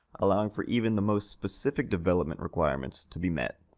allowing for even the most specific development requirements to be met.